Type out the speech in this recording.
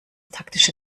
taktische